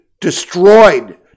destroyed